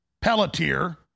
Pelletier